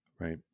Right